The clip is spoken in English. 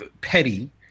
petty